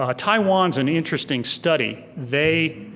ah taiwan's an interesting study. they,